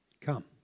Come